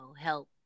help